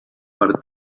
per